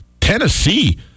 Tennessee